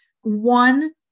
One